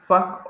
Fuck